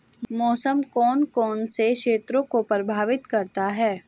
मौसम कौन कौन से क्षेत्रों को प्रभावित करता है?